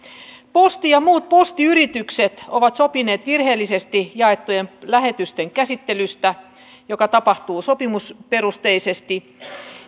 posti ja muut postiyritykset ovat sopineet virheellisesti jaettujen lähetysten käsittelystä joka tapahtuu sopimusperusteisesti